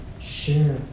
Share